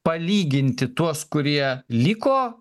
palyginti tuos kurie liko